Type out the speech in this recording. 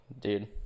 Dude